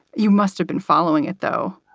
you must have been following it, though.